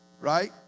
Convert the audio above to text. right